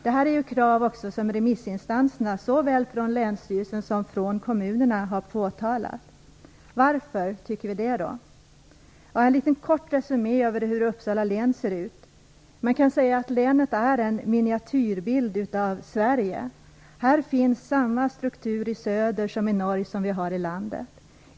Detta är krav som även remissinstanserna, såväl länstyrelsen som kommunerna, har påtalat. Varför tycker vi detta? Jag skall göra en liten kort resumé över hur Uppsala län ser ut. Man kan säga att länet är en miniatyrbild av Sverige. Här finns samma struktur i söder och i norr som vi har i landet i övrigt.